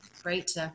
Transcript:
great